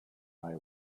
eye